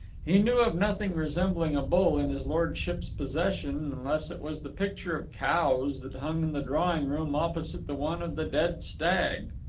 he knew of nothing resembling a bull in his lordship's possession, unless it was the picture of cows that hung in the drawing-room opposite the one of the dead stag.